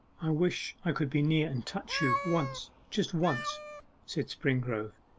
i wish i could be near and touch you once, just once said springrove,